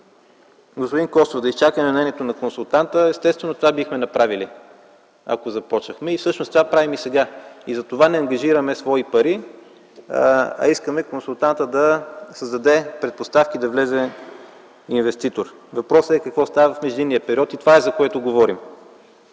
Господин Костов, да изчакаме мнението на консултанта, естествено, това бихме направили, ако започнем. Всъщност, това го правим и сега. Затова не ангажираме свои пари, а искаме консултантът да създаде предпоставки да влезе инвеститор. Въпросът е какво става в междинния период – това, за което говорим.